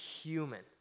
human